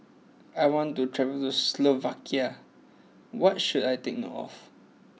I want to travel to Slovakia what should I take note of